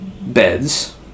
beds